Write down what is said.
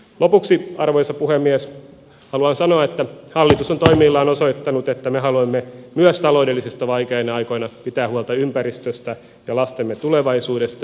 lopuksi arvoisa puhemies haluan sanoa että hallitus on toimillaan osoittanut että me haluamme myös taloudellisesti vaikeina aikoina pitää huolta ympäristöstä ja lastemme tulevaisuudesta